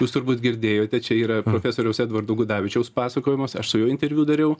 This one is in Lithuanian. jūs turbūt girdėjote čia yra profesoriaus edvardo gudavičiaus pasakojimas aš su juo interviu dariau